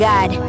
God